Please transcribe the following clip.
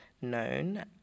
known